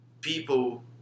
people